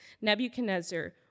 Nebuchadnezzar